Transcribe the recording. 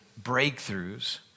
breakthroughs